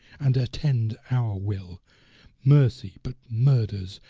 and attend our will mercy but murders,